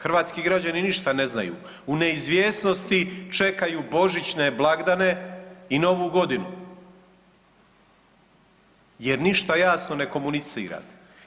Hrvatski građani ništa ne znaju, u neizvjesnosti čekaju božićne blagdane i Novu godinu jer ništa jasno ne komunicirate.